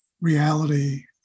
reality